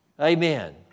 Amen